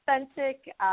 authentic